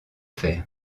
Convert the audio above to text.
fer